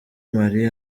mali